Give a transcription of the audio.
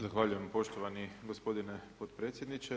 Zahvaljujem poštovani gospodine potpredsjedniče.